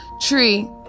tree